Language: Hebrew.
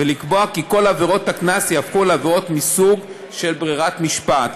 ולקבוע כי כל עבירות הקנס יהפכו לעבירות מסוג של ברירת משפט.